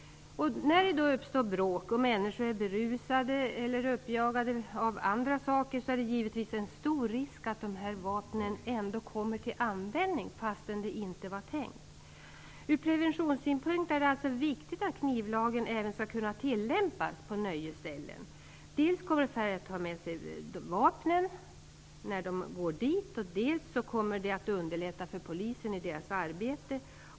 När det uppstår bråk och människor är berusade eller uppjagade av andra orsaker är det givetvis en stor risk för att de här vapnen ändå kommer till användning, fastän det inte var tänkt. Från preventionssynpunkt är det alltså viktigt att knivlagen även skall kunna tillämpas på nöjesställen. Dels kommer färre att ta med sig vapen när de går dit, dels kommer det att underlätta för polisen i dess arbete.